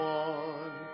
one